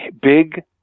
big